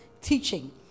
teaching